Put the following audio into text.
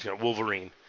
Wolverine